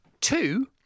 Two